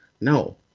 No